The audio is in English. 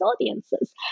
audiences